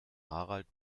harald